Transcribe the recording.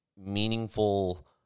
meaningful